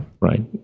Right